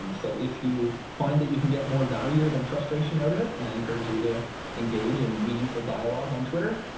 um so if you find that you can get more value than frustration out of it, then i encourage you to engage in meaningful dialogue on twitter.